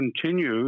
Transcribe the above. continue